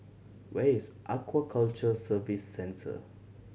where is Aquaculture Services Center